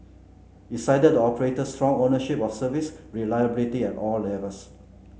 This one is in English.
it cited the operator's strong ownership of service reliability at all levels